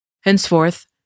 Henceforth